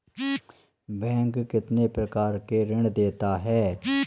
Bank कितने प्रकार के ऋण देता है?